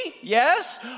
Yes